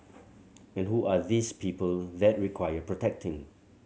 and who are these people that require protecting